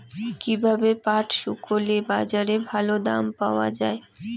কীভাবে পাট শুকোলে বাজারে ভালো দাম পাওয়া য়ায়?